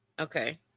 Okay